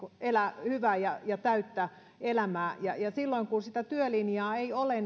elää hyvää ja ja täyttä elämää silloin kun sitä työlinjaa ei ole